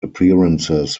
appearances